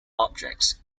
objects